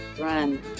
run